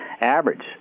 average